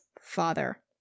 father